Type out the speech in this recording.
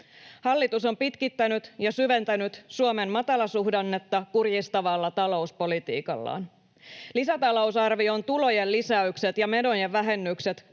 Hallitus on pitkittänyt ja syventänyt Suomen matalasuhdannetta kurjistavalla talouspolitiikallaan. Lisätalousarvion tulojen lisäykset ja menojen vähennykset